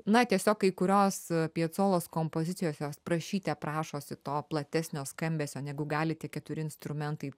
na tiesiog kai kurios piecolos kompozicijos jos prašyte prašosi to platesnio skambesio negu gali tie keturi instrumentai